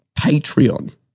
Patreon